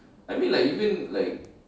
I mean like you mean like